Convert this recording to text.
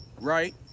right